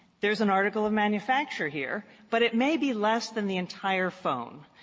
there's an article of manufacture here, but it may be less than the entire phone.